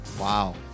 Wow